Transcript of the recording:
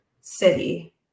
city